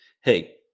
Hey